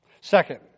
Second